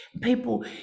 people